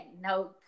no